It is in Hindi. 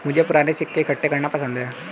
मुझे पूराने सिक्के इकट्ठे करना पसंद है